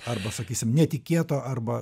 arba sakysim netikėto arba